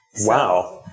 Wow